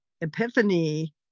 epiphany